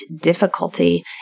difficulty